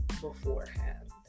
beforehand